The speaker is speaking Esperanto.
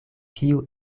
kiu